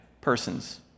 Persons